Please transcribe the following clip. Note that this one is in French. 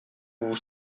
vous